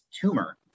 tumor